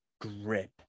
grip